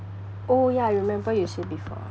oh ya I remember you say before